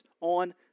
on